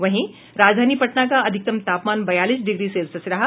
वहीं राजधानी पटना का अधिकतम तापमान बयालीस डिग्री सेल्सियस रहा